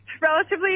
relatively